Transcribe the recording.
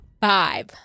Five